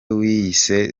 wiyise